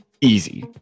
easy